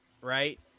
right